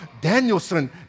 Danielson